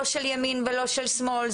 לא של ימין ולא של שמאל,